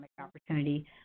opportunity